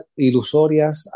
ilusorias